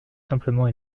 simplement